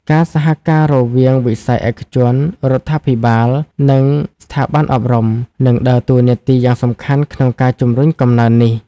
ការសហការរវាងវិស័យឯកជន រដ្ឋាភិបាល និងស្ថាប័នអប់រំ នឹងដើរតួនាទីយ៉ាងសំខាន់ក្នុងការជំរុញកំណើននេះ។